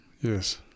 Yes